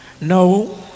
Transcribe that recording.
No